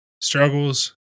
Struggles